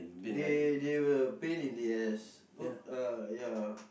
they they were pain in the ass !oops! uh ya